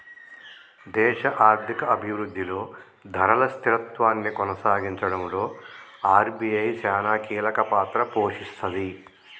దేశ ఆర్థిక అభిరుద్ధిలో ధరల స్థిరత్వాన్ని కొనసాగించడంలో ఆర్.బి.ఐ చానా కీలకపాత్ర పోషిస్తది